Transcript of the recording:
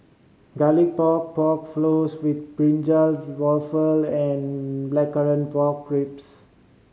Garlic Pork Pork Floss with brinjal waffle and Blackcurrant Pork Ribs